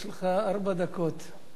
יש לך ארבע דקות.